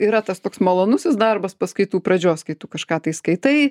yra tas toks malonusis darbas paskaitų pradžios kai tu kažką tai skaitai